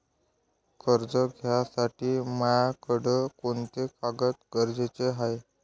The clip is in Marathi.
कर्ज घ्यासाठी मायाकडं कोंते कागद गरजेचे हाय?